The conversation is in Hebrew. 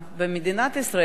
במדינת ישראל,